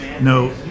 no